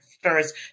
first